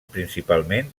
principalment